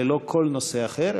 ללא כל נושא אחר,